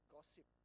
Gossip